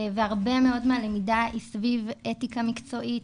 והרבה מאוד מהלמידה היא סביב אתיקה מקצועית,